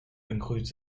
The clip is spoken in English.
includes